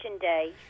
Day